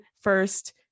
first